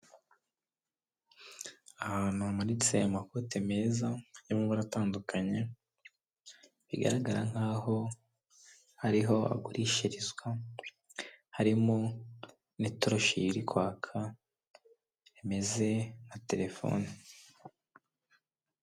Aha hantu hamanitse amakote meza, y'amabara atandukanye bigaragara nkaho ariho agurishirizwa, harimo n'itoroshi riri kwaka rimeze nka telefone.